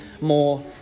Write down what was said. more